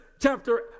chapter